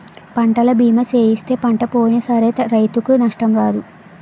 పంటల బీమా సేయిస్తే పంట పోయినా సరే రైతుకు నష్టం రాదు